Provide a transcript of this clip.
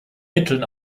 mitteln